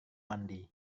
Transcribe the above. mandi